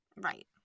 Right